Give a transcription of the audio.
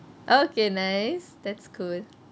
okay nice that's good